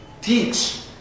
teach